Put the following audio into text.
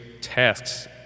tasks